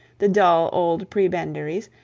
the dull old prebendaries,